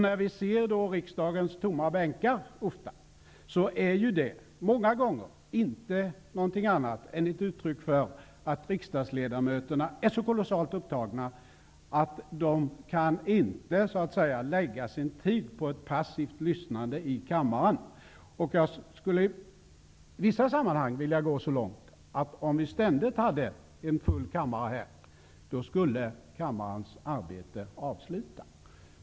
När vi ser riksdagens ofta tomma bänkar är det många gånger inte något annat än ett uttryck för att riksdagledamöterna är så kolossalt upptagna att de inte kan lägga sin tid på ett passivt lyssnande i kammaren. Jag skulle i vissa sammanhang vilja gå så långt att jag påstår, att om vi ständigt hade en fullsatt kammare, skulle kammarens arbete avstanna.